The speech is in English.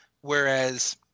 Whereas